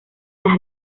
las